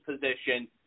position